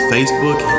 Facebook